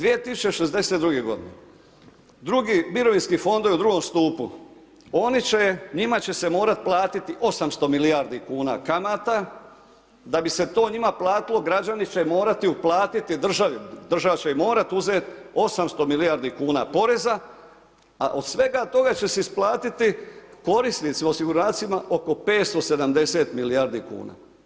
2062. g., drugi mirovinski fondovi u drugom stupu, njima će se morati platiti 800 milijardi kuna kamata, da bise to njima platilo, građani će morati uplatiti državi, država će im morati uzeti 800 milijardi kuna poreza a od svega toga će se isplatiti korisnica osiguranicima oko 570 milijardi kuna.